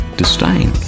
disdain